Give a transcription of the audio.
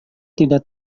tidak